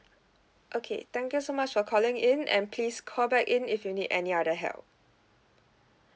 okay thank you so much for calling in and please call back in if you need any other help